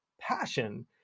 passion